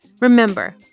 Remember